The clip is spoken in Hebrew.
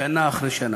שנה אחרי שנה.